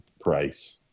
price